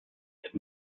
ist